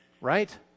right